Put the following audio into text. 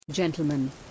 Gentlemen